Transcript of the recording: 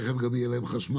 ותיכף גם יהיה להם חשמל,